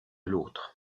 l’autre